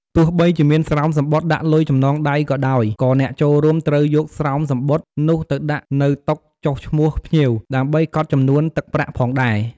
ទោះបីជាមានស្រោមសំបុត្រដាក់លុយចំណងដៃក៏ដោយ ក៏អ្នកចូលរួមត្រូវយកស្រោមសំបុត្រនោះទៅដាក់នៅតុចុះឈ្មោះភ្ញៀវ ដើម្បីកត់ចំនួនទឹកប្រាក់ផងដែរ។